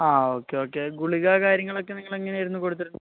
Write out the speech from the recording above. ആ okay okay ഗുളിക കാര്യങ്ങളൊക്കെ നിങ്ങൾ എങ്ങനെയായിരുന്നു കൊടുത്തിരുന്നത്